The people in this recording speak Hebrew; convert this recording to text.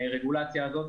הרגולציה הזאת,